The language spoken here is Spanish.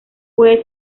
puede